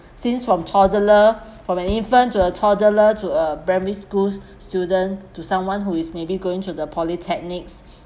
since from toddler from an infant to a toddler to a primary schools student to someone who is maybe going through the polytechnic